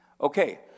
Okay